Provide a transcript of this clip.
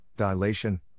dilation